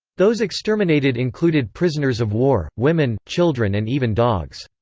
those exterminated included prisoners of war, women, children and even dogs.